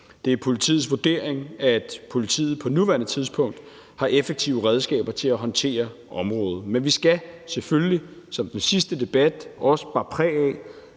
Det er politiets vurdering, at politiet på nuværende tidspunkt har effektive redskaber til at håndtere området, men vi skal selvfølgelig, som den sidste debat også bar præg af,